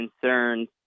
concerns